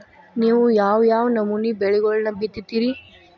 ನೇವು ಯಾವ್ ಯಾವ್ ನಮೂನಿ ಬೆಳಿಗೊಳನ್ನ ಬಿತ್ತತಿರಿ?